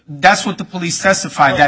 that's what the police testified that